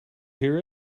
hear